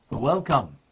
Welcome